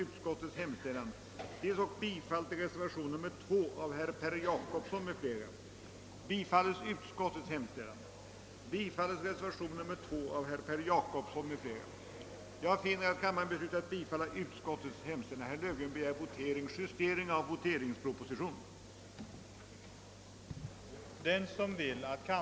Just beställningsforskning behandlades emellertid också av fjolårets riksdag, och riksdagen fann då att man inte borde inrätta något särskilt institut.